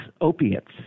opiates